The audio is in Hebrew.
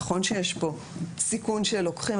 נכון שיש פה סיכון שלוקחים,